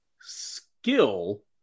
skill